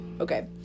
Okay